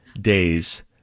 days